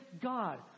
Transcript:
God